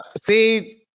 See